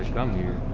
come here.